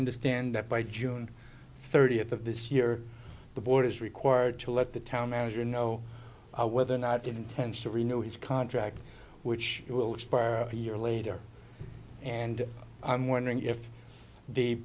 understand that by june thirtieth of this year the board is required to let the town manager know whether or not intends to renew his contract which will expire a year later and i'm wondering if the